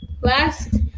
Last